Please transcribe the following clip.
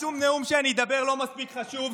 אז שום נאום שאני אדבר לא מספיק חשוב,